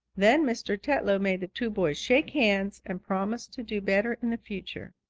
then mr. tetlow made the two boys shake hands and promise to do better in the future.